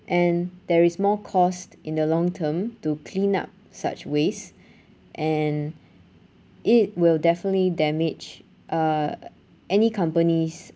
and there is more cost in the long term to clean up such waste and it will definitely damage uh any company's uh